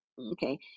Okay